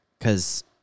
cause